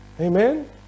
Amen